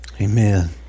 Amen